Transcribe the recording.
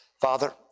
Father